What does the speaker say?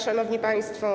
Szanowni Państwo!